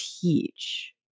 teach